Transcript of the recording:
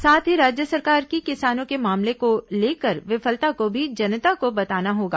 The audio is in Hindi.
साथ ही राज्य सरकार की किसानों के मामले को लेकर विफलता को भी जनता को बताना होगा